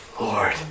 Lord